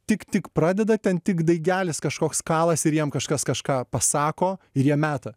tik tik pradeda ten tik daigelis kažkoks kalasi ir jiem kažkas kažką pasako ir jie meta